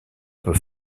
peut